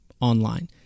online